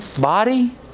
body